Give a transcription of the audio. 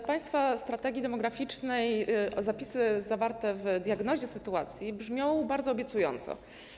W państwa strategii demograficznej zapisy zawarte w diagnozie sytuacji brzmią bardzo obiecująco.